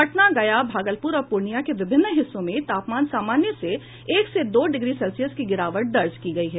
पटना गया भागलपुर और पूर्णिया के विभिन्न हिस्सों में तापमान सामान्य से एक से दो डिग्री सेल्सियस की गिरावट दर्ज की गयी है